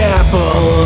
apple